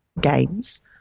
games